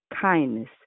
kindness